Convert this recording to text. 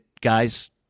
guys